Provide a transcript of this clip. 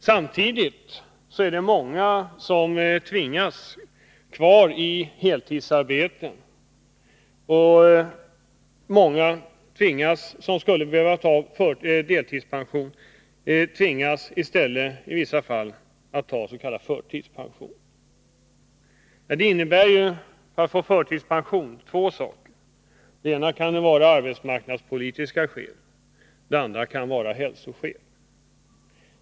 Samtidigt tvingas många som skulle behöva ta deltidspension i stället att ta s.k. förtidspension. Förtidspension kan man få av arbetsmarknadspolitiska skäl eller av hälsoskäl.